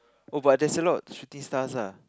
oh but there's a lot of shooting stars lah